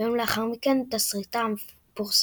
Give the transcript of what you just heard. ויום לאחר מכן תסריטה פורסם.